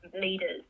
leaders